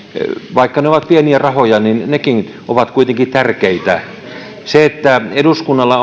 vaikka ne ovat pieniä rahoja niin nekin ovat kuitenkin tärkeitä se että eduskunnalla